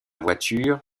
voiture